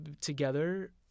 together